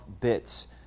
bits